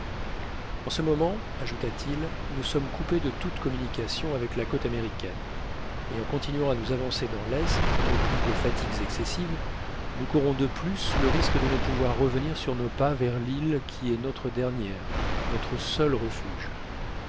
en ce moment ajouta-t-il nous sommes coupés de toute communication avec la côte américaine et en continuant à nous avancer dans l'est au prix de fatigues excessives nous courons de plus le risque de ne pouvoir revenir sur nos pas vers l'île qui est notre dernier notre seul refuge